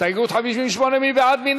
הסתייגות 57, מי בעד ההסתייגות?